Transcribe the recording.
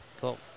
Cool